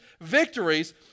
victories